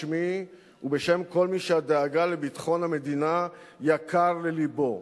בשמי ובשם כל מי שהדאגה לביטחון המדינה יקרה ללבו: